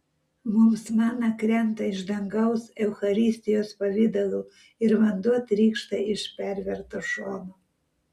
mums mana krenta iš dangaus eucharistijos pavidalu ir vanduo trykšta iš perverto šono